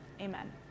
Amen